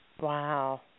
Wow